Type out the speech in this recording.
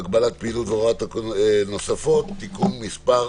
(הוראת שעה) (הגבלת פעילות והוראות נוספות)(תיקון מס'